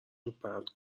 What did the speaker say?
روپرت